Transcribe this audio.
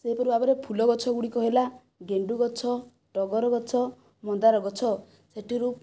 ସେହିପରି ଭାବରେ ଫୁଲ ଗଛଗୁଡ଼ିକ ହେଲା ଗେଣ୍ଡୁଗଛ ଟଗରଗଛ ମନ୍ଦାରଗଛ ସେଥିରୁ